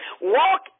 Walk